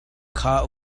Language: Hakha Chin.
kha